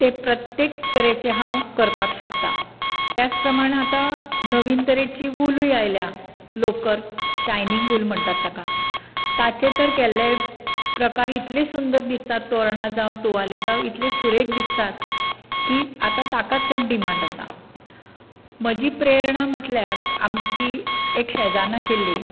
ते प्रत्येक तरेचे हांव करपाक शकतां त्याच प्रमाण आतां नवीन तरेचीं वुलूय आयल्यां लोकर शायनींग वूल म्हणटात ताका ताचे तर केल्ले प्रकार इतले सुंदर दिसतात तोरणां जावं तुवाले जावं इतले सुरेक दिसतात की आतां ताका चड डिमान्ड आसा म्हजी प्रेरणा म्हळ्यार आमची एक शेजान्न आशिल्ली